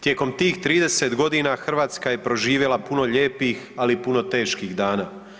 Tijekom tih 30 godina Hrvatska je proživjela puno lijepih, ali i puno teških dana.